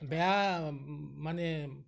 বেয়া মানে